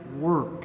work